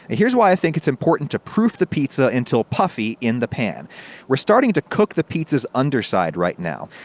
here is why i think it's important to proof the pizza until puffy in the pan. we are starting to cook the pizza's underside right now.